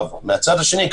מצד שני,